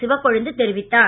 சிவக்கொழுந்து தெரிவித்தார்